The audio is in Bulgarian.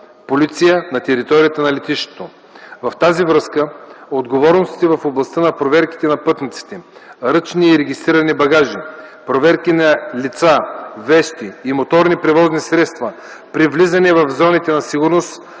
на територията на летището. В тази връзка отговорностите в областта на проверките на пътници, ръчни и регистрирани багажи, проверки на лица, вещи и моторни превозни средства при влизане в зоните за сигурност,